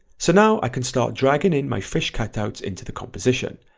so now i can start dragging in my fresh cutouts into the composition,